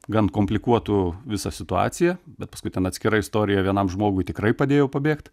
gan komplikuotų visą situaciją bet paskui ten atskira istorija vienam žmogui tikrai padėjau pabėgt